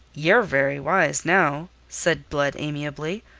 ye're very wise now, said blood amiably.